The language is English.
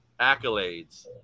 accolades